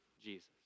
Jesus